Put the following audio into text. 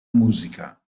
musica